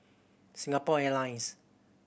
Singapore Airlines